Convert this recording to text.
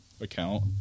account